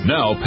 Now